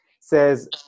says